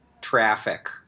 traffic